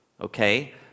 okay